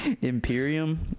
Imperium